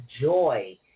joy